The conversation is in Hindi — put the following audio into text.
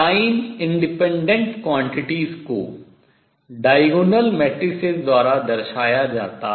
काल अनाश्रित राशियों को विकर्ण मैट्रिक्स द्वारा दर्शाया जाता है